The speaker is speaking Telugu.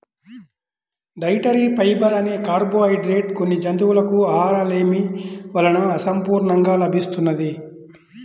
డైటరీ ఫైబర్ అనే కార్బోహైడ్రేట్ కొన్ని జంతువులకు ఆహారలేమి వలన అసంపూర్ణంగా లభిస్తున్నది